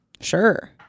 Sure